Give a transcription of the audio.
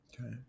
Okay